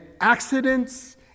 accidents